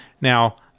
Now